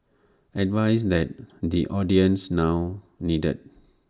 advice that the audience now needed